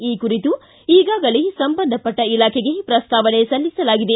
ಈ ಕುರಿತು ಈಗಾಗಲೇ ಸಂಬಂಧಪಟ್ಟ ಇಲಾಖೆಗೆ ಪ್ರಸ್ತಾವನೆ ಸಲ್ಲಿಸಲಾಗಿದೆ